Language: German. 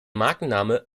markenname